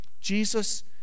Jesus